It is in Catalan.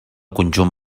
conjunt